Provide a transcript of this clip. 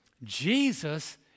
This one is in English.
Jesus